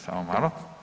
Samo malo.